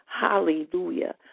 Hallelujah